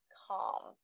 calm